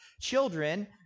children